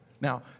Now